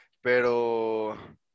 Pero